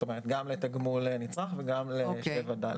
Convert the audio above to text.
כלומר גם לתגמול נצרך וגם ל-7ד.